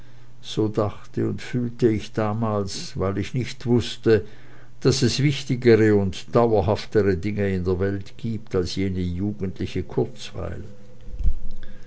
so dachte und fühlte ich damals weil ich nicht wußte daß es wichtigere und dauerhaftere dinge in der welt gibt als jene jugendliche kurzweil